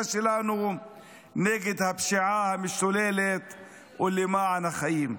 שלנו נגד הפשיעה המשתוללת ולמען החיים.